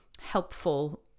helpful